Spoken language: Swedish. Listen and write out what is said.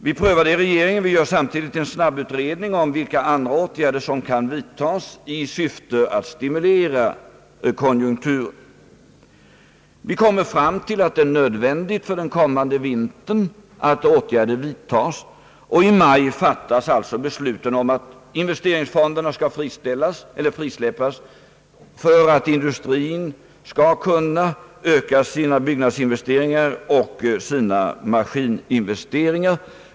Vi prövar frågan i regeringen och gör samtidigt en snabbutredning om vilka andra åtgärder som kan vidtas i syfte att stimulera konjunkturen. Vi kommer fram till att det är nödvändigt att åtgärder vidtas under den kommande vintern, och i maj fattas alltså beslutet om att investeringsfonderna skall frisläppas för att industrin skall kunna öka sina byggnadsinvesteringar och sina maskininvesteringar.